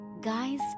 Guys